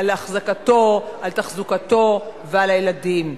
לאחזקתו, לתחזוקתו ולילדים.